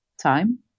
time